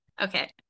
Okay